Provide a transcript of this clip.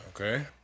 Okay